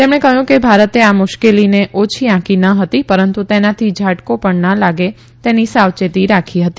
તેમણે કહયું કે ભારતે આ મુશ્કેલીને ઓલી આંકી ન હતી પરંતુ તેનાથી ઝાટકો પણ ના લાગે તેની સાવચેતી રાખી હતી